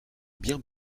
bien